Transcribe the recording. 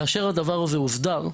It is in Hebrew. כאשר הדבר הזה הוסדר,